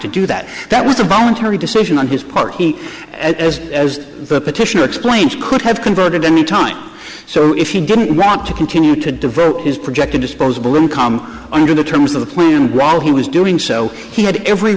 to do that that was a voluntary decision on his part in as as the petitioner explains could have converted any time so if you didn't want to continue to develop his projected disposable income under the terms of the plan while he was doing so he had every